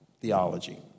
theology